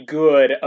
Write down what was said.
good